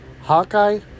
Hawkeye